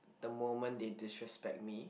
the moment they disrespect me